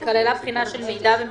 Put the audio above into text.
יש קהילה בשם תפארת ישוע.